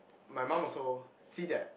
my mum also see that